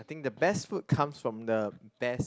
think the best food comes from the best